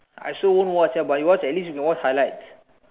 I also won't watch ah but you watch at least you can watch highlights